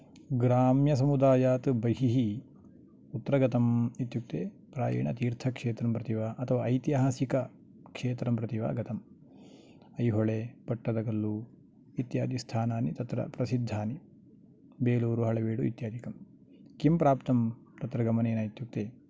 ग्राम्यसमुदायात् बहिः कुत्र गतं इत्युक्ते प्रायेण तिर्थक्षेत्रं प्रति वा अथवा ऐतिहासिकक्षेत्रं प्रति वा गतं ऐहोळे पट्टडकल्लु इत्यादिस्थानानि तत्र प्रसिद्धानि बेलूर बालवडे इत्यादिकं किंप्राप्तं तत्र गमनेन इत्युक्ते